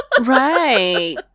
right